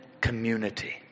community